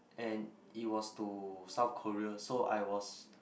and it was to South Korea so I was